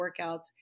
workouts